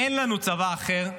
אין לנו צבא אחר,